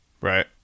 Right